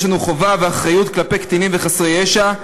יש לנו חובה ואחריות כלפי קטינים וחסרי ישע,